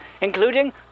including